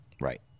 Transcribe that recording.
Right